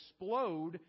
explode